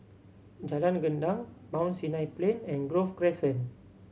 Jalan Gendang Mount Sinai Plain and Grove Crescent